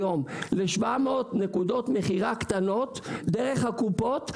היום ל-700 נקודות מכירה קטנות דרך הקופות ומפקחת.